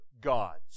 gods